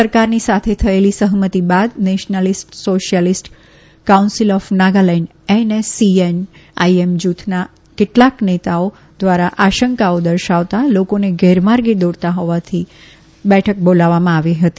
સરકારની સાથે થયેલી સહમતી બાદ Nationalist Socialist Council of Nagaland NSCN IM જુથના કેટલાક નેતાઓ ધ્વારા આશંકાઓ દર્શાવતા લોકોને ગેરમાર્ગે દોરતા હોવાથી બેઠક બોલાવવામાં આવી હતી